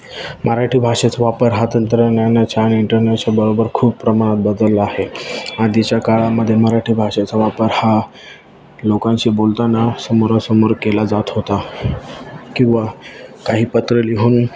मराठी भाषेचा वापर हा तंत्रज्ञानाच्या आणि इंटरनटच्या बरोबर खूप प्रमाणात बदलला आहे आधीच्या काळामध्ये मराठी भाषेचा वापर हा लोकांशी बोलताना समोरासमोर केला जात होता किंवा काही पत्र लिहून